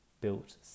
built